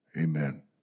Amen